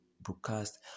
broadcast